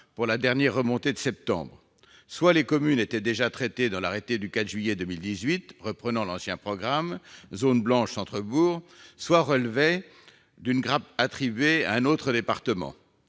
pour la dernière remontée de septembre ; soit les communes étaient déjà traitées dans l'arrêté du 4 juillet 2018 reprenant l'ancien programme « zones blanches-centres-bourgs », soit elles relevaient d'une grappe attribuée à un autre département.